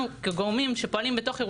אני